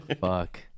Fuck